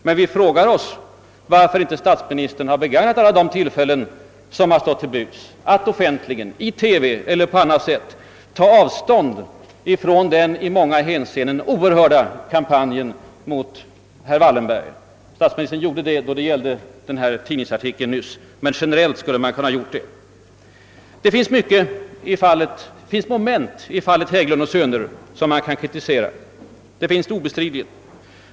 Men vi frågar oss varför statsministern inte har begagnat alla de tillfällen som stått honom till buds att offentligen — i TV eller på annat sätt — ta avstånd från den i många hänseenden oerhörda kampanjen mot herr Wallenberg. Statsministern gjorde det nyss då det gällde en tidningsartikel, men han borde ha kunnat göra det generellt. Det finns obestridligen moment i fallet Hägglund & Söner som kan kritiseras.